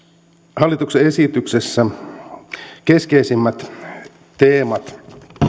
hallituksen esityksessä keskeisimmät teemat